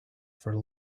for